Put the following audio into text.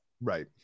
Right